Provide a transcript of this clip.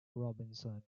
robinson